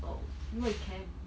oh you were in camp